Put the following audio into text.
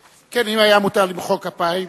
כן, אם היה מותר למחוא כפיים,